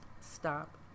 stop